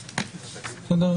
בסדר?